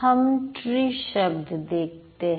हम ट्री शब्द देखते हैं